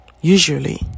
usually